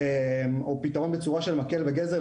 או פתרון בצורה של מקל וגזר,